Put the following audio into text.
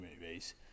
movies